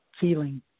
feeling